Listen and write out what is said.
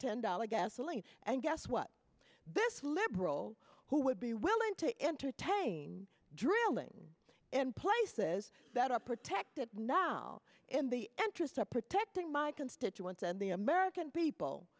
ten dollar gasoline and guess what this liberal who would be willing to entertain drilling in places that are protected now in the interest of protecting my constituents and the american people